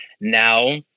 now